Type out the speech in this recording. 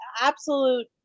absolute